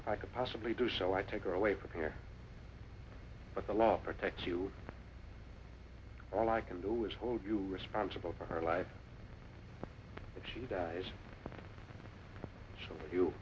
if i could possibly do so i take her away from here but the law protects you all i can do is hold you responsible for her life if she dies